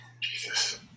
Jesus